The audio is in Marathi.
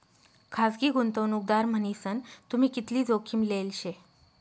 खासगी गुंतवणूकदार मन्हीसन तुम्ही कितली जोखीम लेल शे